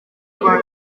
kuba